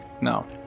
No